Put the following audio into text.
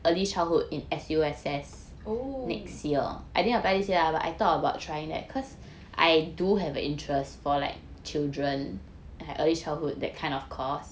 oh